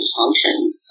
function